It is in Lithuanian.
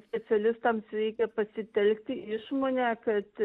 specialistams reikia pasitelkti išmonę kad